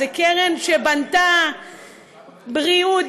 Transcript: זו קרן שבנתה בריאות,